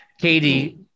Katie